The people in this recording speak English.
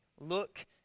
Look